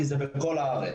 כי זה בכל הארץ.